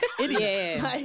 Idiots